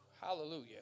Hallelujah